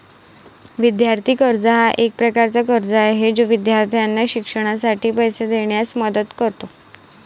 विद्यार्थी कर्ज हा एक प्रकारचा कर्ज आहे जो विद्यार्थ्यांना शिक्षणासाठी पैसे देण्यास मदत करतो